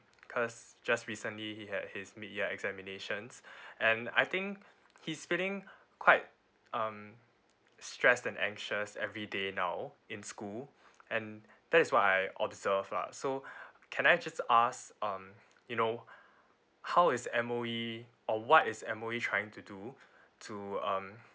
because just recently he had his mid year examinations and I think he's feeling quite um stress and anxious everyday now in school and that is what I observed lah so can I just ask um you know how is M_O_E or what is M_O_E trying to do to um